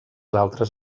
altres